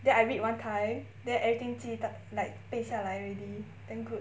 then I read one time then everything 记得 like 背下来 already damn good